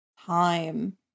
time